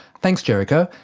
thanks jerikho.